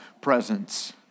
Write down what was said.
presence